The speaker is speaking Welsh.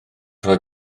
rhoi